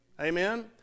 Amen